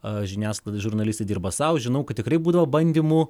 o žiniasklaida žurnalistė dirba sau žinau kad tikrai būdavo bandymų